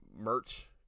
merch